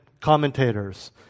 commentators